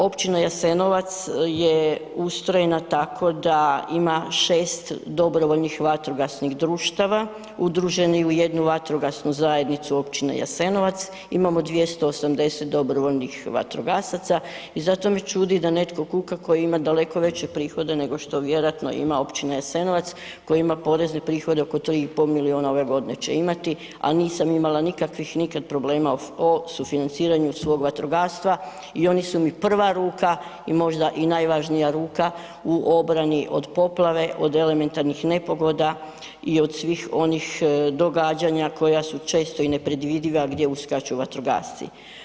Općina Jasenovac je ustrojena tako da ima 6 DVD-a udruženih u jednu vatrogasnu zajednicu općine Jasenovac, imamo 280 dobrovoljnih vatrogasaca i zato me čudi da netko kuka koji ima daleko veće prihode nego što vjerojatno ima općina Jasenovac koja ima porezne prihode, oko 3,5 milijuna ove godine će imati, a nisam imala nikakvih nikad problema o sufinanciranju svog vatrogastva i oni su mi prva ruka i možda i najvažnija ruka u obrani od poplave, od elementarnih nepogoda i od svih onih događanja koja su često i nepredvidiva gdje uskaču vatrogasci.